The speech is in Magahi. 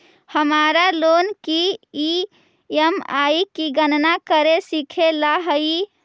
हमारा लोन की ई.एम.आई की गणना करे सीखे ला हई